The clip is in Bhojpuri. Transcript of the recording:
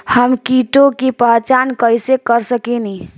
हम कीटों की पहचान कईसे कर सकेनी?